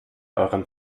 euren